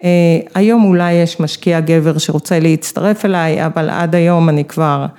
היום אולי יש משקיע גבר שרוצה להצטרף אליי, אבל עד היום אני כבר...